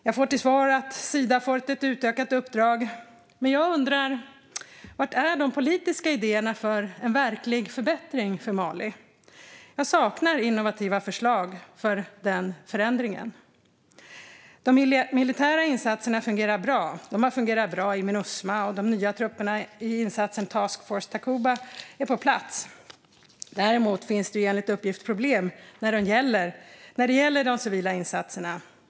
Jag får till svar att Sida får ett utökat uppdrag, men jag undrar var de politiska idéerna för en verklig förbättring för Mali finns? Jag saknar innovativa förslag för en sådan förändring. De militära insatserna fungerar bra. De har fungerat bra i Minusma, och de nya trupperna i insatsen Task Force Takuba är på plats. Däremot finns enligt uppgift problem när det gäller de civila insatserna.